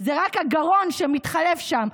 זה רק הגרון שמתחלף שם,